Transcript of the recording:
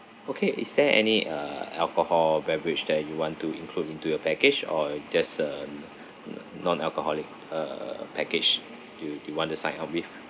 okay is there any uh alcohol beverage that you want to include into your package or it just a n~ n~ non alcoholic uh package do you do you want to sign up with